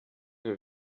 nur